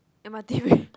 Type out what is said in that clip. M_R_T break